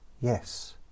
yes